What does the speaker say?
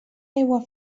aigua